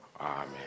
Amen